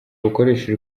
bukoresheje